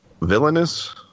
villainous